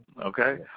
Okay